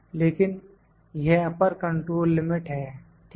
लेकिन यह upper control limit है ठीक है